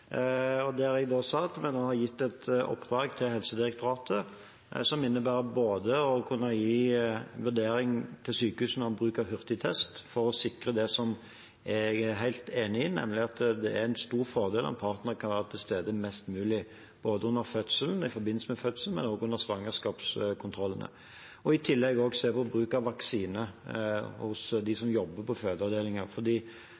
Der sa jeg også at vi har gitt et oppdrag til Helsedirektoratet som innebærer både å kunne gi vurdering til sykehusene om bruk av hurtigtest – for å sikre det som jeg er helt enig i, nemlig at det er en stor fordel om partneren kan være til stede mest mulig, både i forbindelse med fødselen og under svangerskapskontrollene – og i tillegg se på bruk av vaksine hos